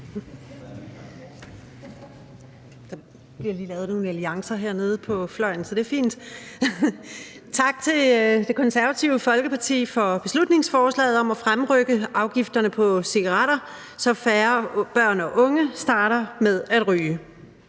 Tak til Det Konservative Folkeparti for beslutningsforslaget om at fremrykke afgifterne på cigaretter, så færre børn og unge starter med at ryge.